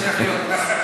משיח לא בא.